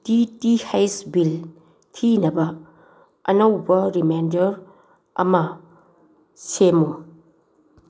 ꯗꯤ T ꯍꯩꯁ bill ꯊꯤꯅꯕ ꯑꯅꯧꯕ ꯔꯤꯃꯦꯟꯗꯔ ꯑꯃ ꯁꯦꯝꯃꯨ